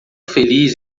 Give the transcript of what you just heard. feliz